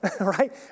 right